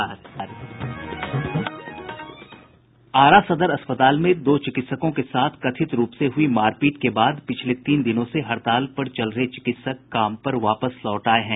आरा सदर अस्पताल में दो चिकित्सकों के साथ कथित रूप से हुई मारपीट के बाद पिछले तीन दिनों से हड़ताल पर चल रहे चिकित्सक काम पर वापस लौट आये हैं